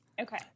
Okay